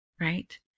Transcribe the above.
right